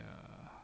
ah